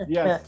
Yes